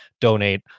donate